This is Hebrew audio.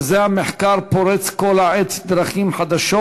המחקר פורץ כל העת דרכים חדשות,